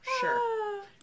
Sure